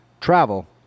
travel